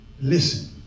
Listen